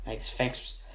thanks